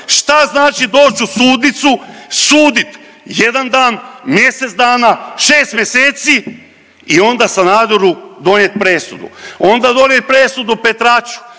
šta znači doć u sudnicu, sudit jedan dan, mjesec dana, 6 mjeseci i onda Sanaderu donijet presudu, onda donijet presudu Petraču,